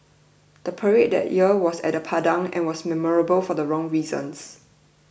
the parade that year was at the Padang and was memorable for the wrong reasons